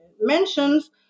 mentions